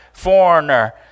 foreigner